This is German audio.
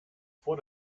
vor